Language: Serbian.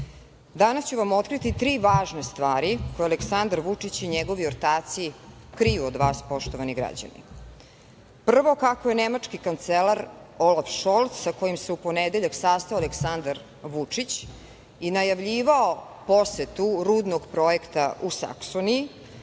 Danas ću vam otkriti tri važne stvari koje Aleksandar Vučić i njegovi ortaci kriju od vas, poštovani građani. Prvo, kako je nemački kancelar Olaf Šolc, sa kojim se u ponedeljak sastao Aleksandar Vučić i najavljivao posetu rudnog projekta u Saksoniji,